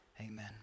Amen